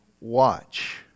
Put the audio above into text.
watch